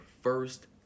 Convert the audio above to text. first